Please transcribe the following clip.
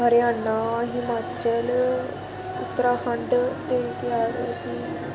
हरियाणा हिमाचल उत्तराखंड ते केह् आखदे उसी